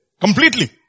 completely